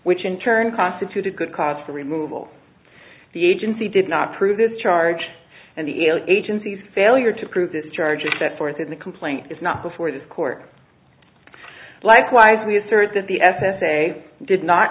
which in turn constitute a good cause for removal the agency did not prove this charge and the agency's failure to prove this charge is that forth in the complaint is not before this court likewise we assert that the s s a did not